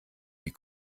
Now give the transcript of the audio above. die